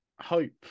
hope